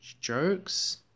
jokes